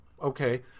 okay